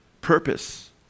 Purpose